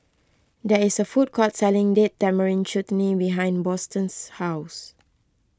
there is a food court selling Date Tamarind Chutney behind Boston's house